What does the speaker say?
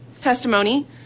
testimony